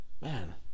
man